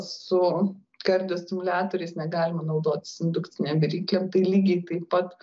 su kardiostimuliatoriais negalima naudotis indukcinėm viryklėm tai lygiai taip pat